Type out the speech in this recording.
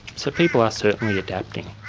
so people are certainly adapting.